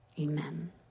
Amen